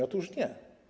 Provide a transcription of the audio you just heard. Otóż nie.